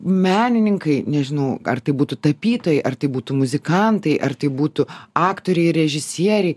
menininkai nežinau ar tai būtų tapytojai ar tai būtų muzikantai ar tai būtų aktoriai režisieriai